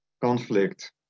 conflict